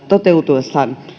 toteutuessaan